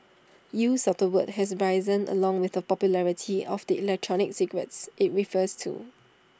use of the word has risen along with the popularity of the electronic cigarettes IT refers to